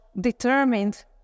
determined